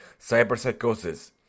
cyberpsychosis